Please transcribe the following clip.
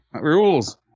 rules